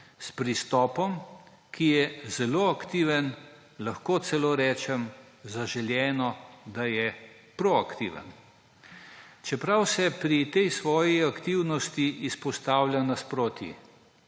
s pristopom, ki je zelo aktiven, lahko celo rečem, da je zaželeno, da je proaktiven. Čeprav se pri tej svoji aktivnosti izpostavlja proti